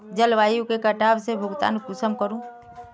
जलवायु के कटाव से भुगतान कुंसम करूम?